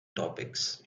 topics